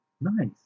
Nice